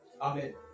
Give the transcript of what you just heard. Amen